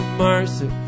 mercy